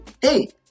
hey